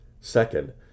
Second